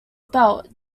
spelled